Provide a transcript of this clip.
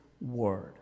Word